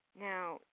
Now